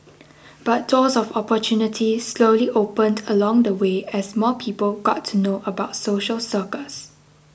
but doors of opportunity slowly opened along the way as more people got to know about social circus